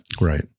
Right